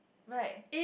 right